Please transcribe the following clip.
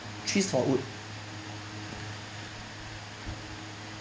trees for wood